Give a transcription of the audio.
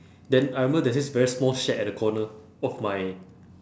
then I remember there's this very small shed at the corner of my